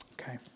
Okay